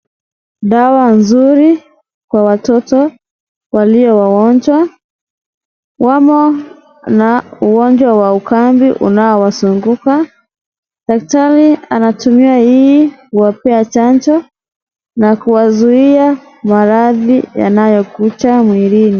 Dawa nzuri kwa watoto walio wagonjwa, wamo na ugonjwa wa ukambi unaowazunguka, daktari anatumia hii kuwapea chanjo na kuwazuia maradhi yanayokuja mwilini.